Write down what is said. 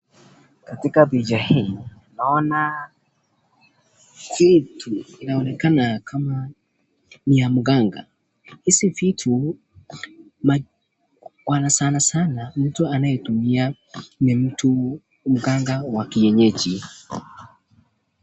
Katika picha hii naona vitu inaonekana kama ni ya mganga. Hizi vitu, kwa sana sana mtu anayetumia ni mtu mkanga wa kienyeji.